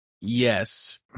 Yes